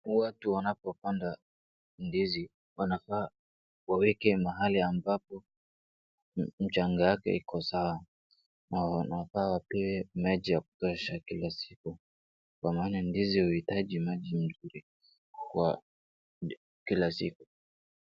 Watu wanapopanda ndizi wanafaa waweke mahali ambapo mchanga yake iko sawa na wanafaa wapee maji ya kutosha kila siku kwa maana ndizi hihitaji maji mzuri kwa akila siku.